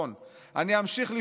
"אני אמשיך לפעול כך